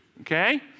okay